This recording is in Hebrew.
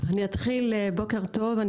בוקר טוב.